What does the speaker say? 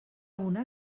una